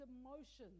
emotions